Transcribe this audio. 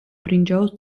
ბრინჯაოს